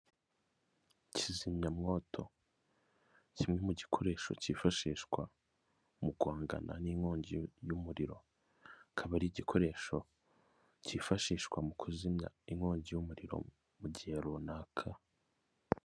Kizimyamwoto kimwe mu gikoresho kifashishwa mu guhangana n'inkongi y'umuriro, akaba ari igikoresho kifashishwa mu kuzimya inkongi y'umuriro mu gihe runaka.